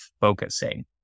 focusing